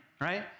right